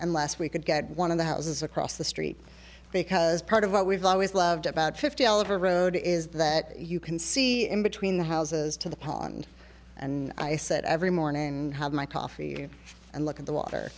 and less we could get one of the houses across the street because part of what we've always loved about fifty caliber road is that you can see in between the houses to the pond and i sit every morning and have my coffee and look at the water